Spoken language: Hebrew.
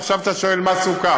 ועכשיו אתה שואל מה סוכם.